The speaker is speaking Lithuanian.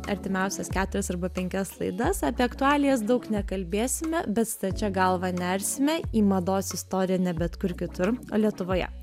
artimiausias keturias arba penkias laidas apie aktualijas daug nekalbėsime bet stačia galva nersime į mados istoriją ne bet kur kitur o lietuvoje